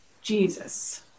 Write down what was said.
Jesus